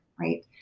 right